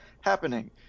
happening